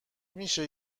میشه